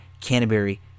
Canterbury